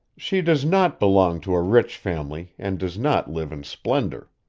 she does not belong to a rich family and does not live in splendor.